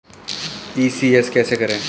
ECS कैसे करें?